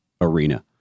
arena